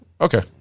Okay